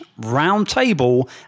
roundtable